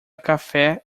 café